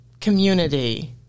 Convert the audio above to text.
Community